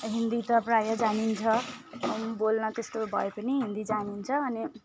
हिन्दी त प्रायः जानिन्छ बोल्न त्यस्तो भए पनि हिन्दी जानिन्छ अनि